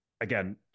Again